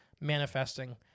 manifesting